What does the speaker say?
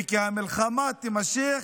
וכי המלחמה תימשך